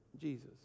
Jesus